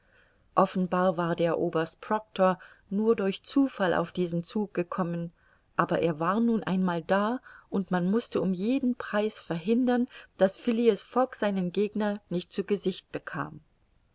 offenbar war der oberst proctor nur durch zufall auf diesen zug gekommen aber er war nun einmal da und man mußte um jeden preis verhindern daß phileas fogg seinen gegner nicht zu gesicht bekam